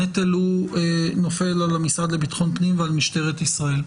הנטל נופל על המשרד לביטחון פנים ועל משטרת ישראל.